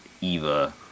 Eva